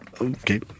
Okay